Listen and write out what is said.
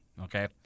Okay